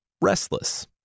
restless